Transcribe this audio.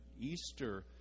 Easter